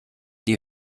die